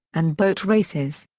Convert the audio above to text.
and boat races.